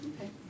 Okay